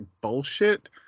bullshit